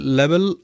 level